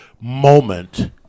moment